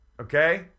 okay